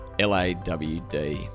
LAWD